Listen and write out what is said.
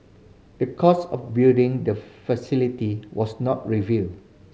the cost of building the facility was not revealed